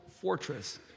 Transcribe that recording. fortress